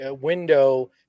window